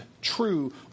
true